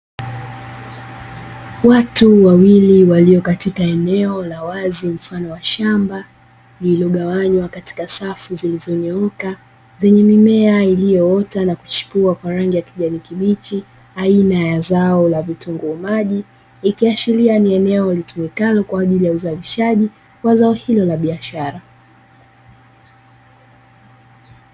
Watu wawili walio katika eneo la wazi mfano wa shamba, lililogawanywa katika safu zilizonyooka, zenye mimea iliyoota na kuchipua kwa rangi ya kijani kibichi aina ya zao la vitunguu maji. Ikiashiria ni eneo litumikalo kwa ajili ya uzalishaji wa zao hilo la biashara.